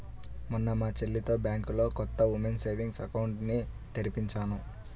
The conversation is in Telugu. మొన్న మా చెల్లితో బ్యాంకులో కొత్త ఉమెన్స్ సేవింగ్స్ అకౌంట్ ని తెరిపించాను